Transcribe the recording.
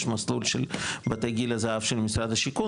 יש מסלול של בתי גיל הזהב של משרד השיכון